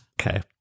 Okay